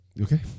Okay